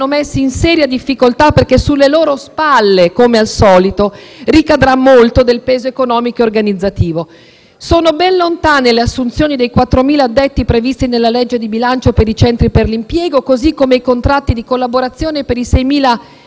messi in seria difficoltà perché sulle loro spalle, come al solito, ricadrà molto del peso economico e organizzativo. Sono ben lontane le assunzioni dei quattromila addetti previsti nella legge di bilancio per i centri per l'impiego, così come i contratti di collaborazione per i 6.000